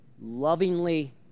lovingly